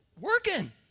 working